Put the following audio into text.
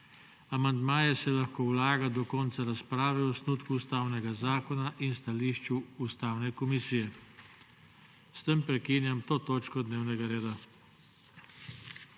Amandmaje se lahko vlaga do konca razprave o osnutku Ustavnega zakona in stališču Ustavne komisije. S tem prekinjam to točko dnevnega reda.